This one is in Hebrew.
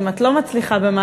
אם את לא מצליחה במשהו,